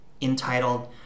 entitled